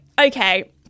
okay